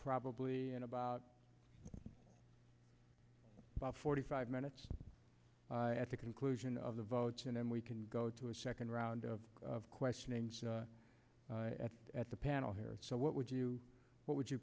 probably in about about forty five minutes at the conclusion of the vote and then we can go to a second round of questioning at the panel here so what would you what would you